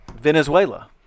Venezuela